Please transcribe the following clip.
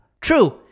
True